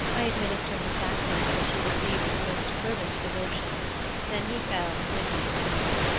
i administered the sacrament, which he received with the most fervent devotion then he fell into a deep sleep.